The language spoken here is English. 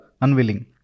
unwilling